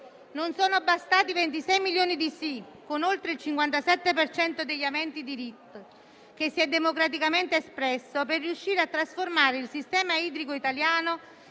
Non sono bastati 26 milioni di sì, con oltre il 57 per cento degli aventi diritto che si è democraticamente espresso, per riuscire a trasformare il sistema idrico italiano,